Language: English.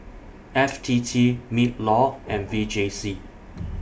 F T T MINLAW and V J C